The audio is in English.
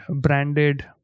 branded